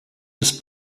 des